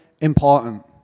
important